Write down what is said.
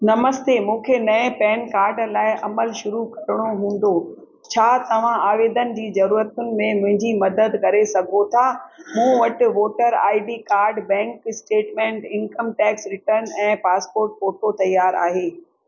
नमस्ते मूंखे नये PAN card लाइ अमल शुरू करिणो हूंदो छा तव्हां आवेदन जी जरूरतुनि में मुंहिंजी मदद करे सघो था मूं वटि voter I D card bank statement income tax return ऐं पासपोर्ट फोटो तयार आहे